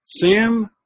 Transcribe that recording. Sam